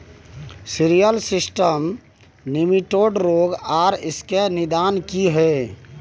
Cereal system nematode रोग आर इसके निदान की हय?